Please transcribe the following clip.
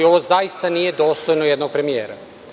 Ovo zaista nije dostojno jednog premijera.